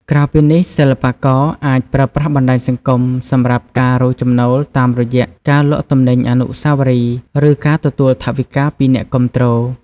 ក្រៅពីនេះ សិល្បករអាចប្រើប្រាស់បណ្ដាញសង្គមសម្រាប់ការរកចំណូលតាមរយៈការលក់ទំនិញអនុស្សាវរីយ៍ ឬការទទួលថវិកាពីអ្នកគាំទ្រ។